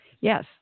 Yes